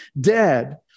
dead